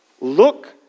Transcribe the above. Look